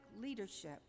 leadership